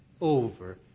over